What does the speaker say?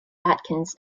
atkins